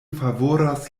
favoras